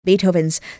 Beethoven's